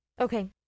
Okay